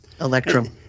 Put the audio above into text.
Electrum